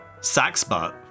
Saxbutt